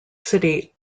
city